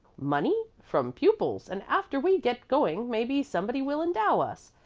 money? from pupils and after we get going maybe somebody will endow us.